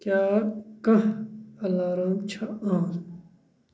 کیٛاہ کانٛہہ الارام چھا آن